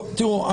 טוב תראו,